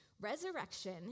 Resurrection